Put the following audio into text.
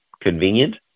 convenient